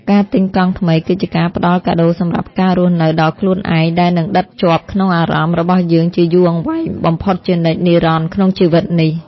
ការទិញកង់ថ្មីគឺជាការផ្ដល់កាដូសម្រាប់ការរស់នៅដល់ខ្លួនឯងដែលនឹងដិតជាប់ក្នុងអារម្មណ៍របស់យើងជាយូរអង្វែងបំផុតជានិច្ចនិរន្តរ៍ក្នុងជីវិតនេះ។